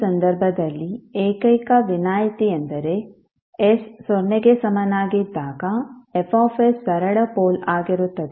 ಈ ಸಂದರ್ಭದಲ್ಲಿ ಏಕೈಕ ವಿನಾಯಿತಿಯೆಂದರೆ s ಸೊನ್ನೆಗೆ ಸಮನಾಗಿದ್ದಾಗ Fs ಸರಳ ಪೋಲ್ ಆಗಿರುತ್ತದೆ